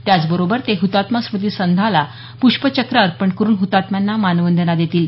त्याचबरोबर ते हुतात्मा स्मृतीस्तंभाला पुष्पचक्र अर्पण करुन हुतात्म्यांना मानवंदना देतील